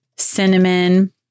cinnamon